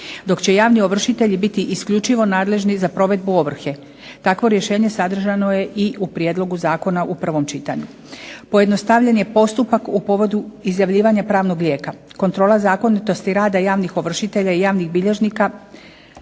dok će javni ovršitelji biti isključivo nadležni za provedbu ovrhe. Takvo rješenje sadržano je i u prijedlogu zakona u prvom čitanju. Pojednostavljen je postupak u povodu izjavljivanja pravnog lijeka. Kontrola zakonitosti rada javnih ovršitelja i javnih bilježnika